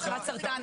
לקבל סרטן,